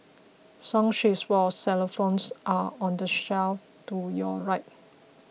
song sheets for xylophones are on the shelf to your right